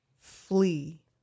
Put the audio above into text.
flee